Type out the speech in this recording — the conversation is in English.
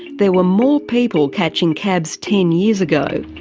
there were more people catching cabs ten years ago.